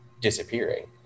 disappearing